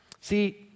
See